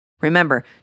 Remember